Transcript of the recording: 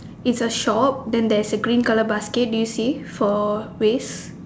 it's a shop then there's a green colour basket do you see for waste